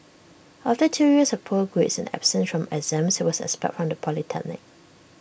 after two years of poor grades and absence from exams he was expelled from the polytechnic